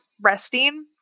resting